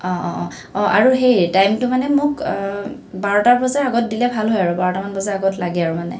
অঁ অঁ অঁ অঁ আৰু সেই টাইমটো মানে মোক বাৰটা বজাৰ আগত দিলে ভাল হয় আৰু বাৰটামান বজাৰ আগত লাগে আৰু মানে